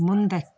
ಮುಂದಕ್ಕೆ